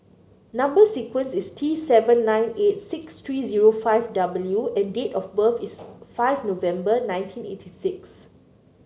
number sequence is T seven nine eight six three zero five W and date of birth is five November nineteen eighty six